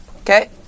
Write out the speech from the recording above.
Okay